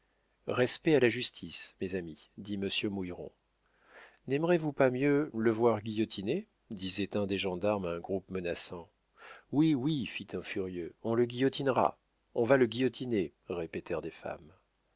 respect à la justice mes amis dit monsieur mouilleron naimerez vous pas mieux le voir guillotiner disait un des gendarmes à un groupe menaçant oui oui fit un furieux on le guillotinera on va le guillotiner répétèrent des femmes